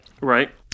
Right